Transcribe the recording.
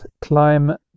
climb